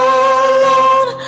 alone